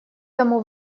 тому